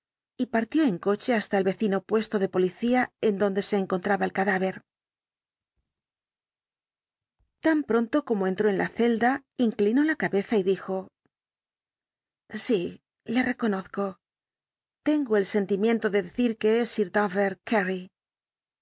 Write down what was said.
y partió en coche hasta el vecino puesto de policía en donde se encontraba el cadáver el caso del asesino de carew tan pronto como entró en la celda inclinó la cabeza y dijo sí le reconozco tengo el sentimiento de decir que es sir